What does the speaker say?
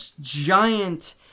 giant